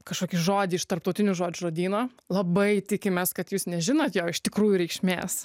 kažkokį žodį iš tarptautinių žodžių žodyno labai tikimės kad jūs nežinot jo iš tikrųjų reikšmės